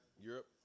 Europe